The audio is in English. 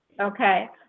Okay